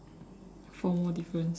four more difference